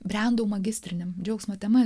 brendau magistriniam džiaugsmo tema